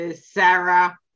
Sarah